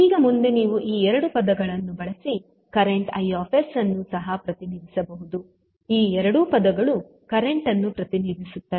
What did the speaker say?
ಈಗ ಮುಂದೆ ನೀವು ಈ ಎರಡು ಪದಗಳನ್ನು ಬಳಸಿ ಕರೆಂಟ್ ಐಎಸ್ I ಅನ್ನು ಸಹ ಪ್ರತಿನಿಧಿಸಬಹುದು ಈ ಎರಡೂ ಪದಗಳು ಕರೆಂಟ್ ಅನ್ನು ಪ್ರತಿನಿಧಿಸುತ್ತವೆ